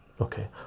okay